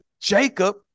Jacob